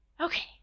Okay